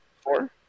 Four